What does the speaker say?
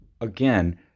again